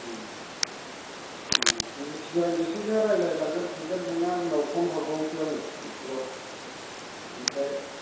जेखिजाया आं बिसोरजों रायलायलांगोन थांगोन थाङा उनाव फन हरबावनोसै आङो खेबसेबाव ओमफ्राय